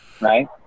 right